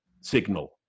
signal